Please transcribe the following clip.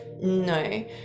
No